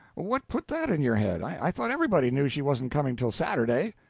what put that in your head? i thought everybody knew she wasn't coming till saturday.